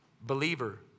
believer